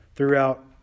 throughout